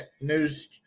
news